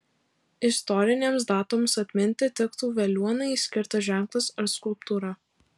istorinėms datoms atminti tiktų veliuonai skirtas ženklas ar skulptūra